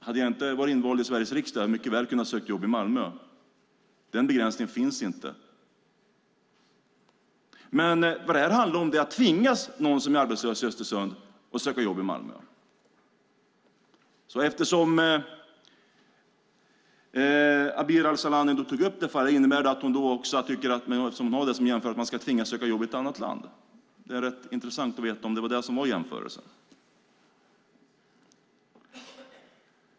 Hade jag inte varit invald i Sveriges riksdag hade jag mycket väl kunnat söka jobb i Malmö. Den begränsningen finns inte. Vad det här handlar om är att tvinga någon som är arbetslös i Östersund att söka jobb i Malmö. Eftersom Abir Al-Sahlani tog upp detta och gör den jämförelsen, innebär det att hon också tycker att man ska tvingas söka jobb i ett annat land? Det skulle vara rätt intressant att veta om det var det som var jämförelsen.